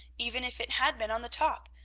even if it had been on the top?